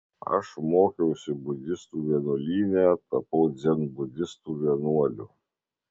aš mokiausi budistų vienuolyne tapau dzenbudistų vienuoliu